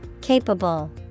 Capable